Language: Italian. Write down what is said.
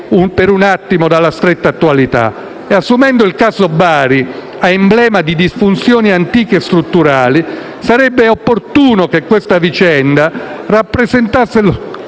per un attimo dalla stretta attualità, e assumendo il caso Bari a emblema di disfunzioni antiche e strutturali, sarebbe opportuno che questa vicenda rappresentasse